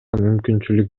мүмкүнчүлүк